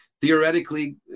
theoretically